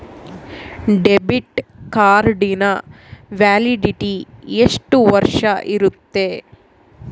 Debit ಕಾರ್ಡಿನ validity ಎಷ್ಟು ವರ್ಷ ಇರುತ್ತೆ?